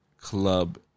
club